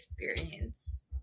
experience